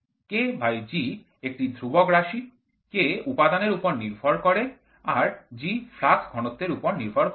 KGএকটি ধ্রুবক রাশি K উপাদানের উপর নির্ভর করে আর G ফ্লাক্স ঘনত্বের উপর নির্ভর করে না